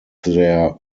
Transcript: their